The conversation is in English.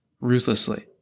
ruthlessly